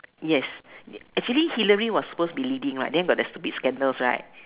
yes actually Hillary was suppose to be leading right then got the stupid scandals right